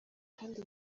kandi